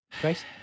Grace